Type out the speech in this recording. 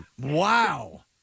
Wow